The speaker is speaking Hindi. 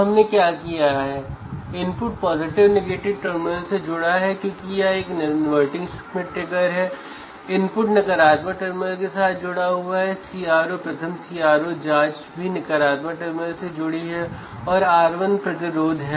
हम इंस्ट्रूमेंटेशन एम्पलीफायर के आउटपुट को ऑसिलोस्कोप से जोड़कर माप सकते हैं